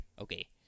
Okay